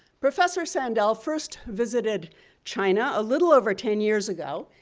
professor sandel first visited china a little over ten years ago,